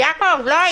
לא היית.